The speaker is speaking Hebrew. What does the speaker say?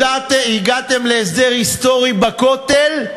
הגעתם להסדר היסטורי בכותל,